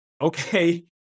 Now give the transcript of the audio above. okay